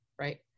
Right